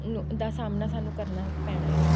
ਨੂੰ ਦਾ ਸਾਹਮਣਾ ਸਾਨੂੰ ਕਰਨਾ ਪੈਣਾ ਹੈ